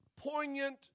poignant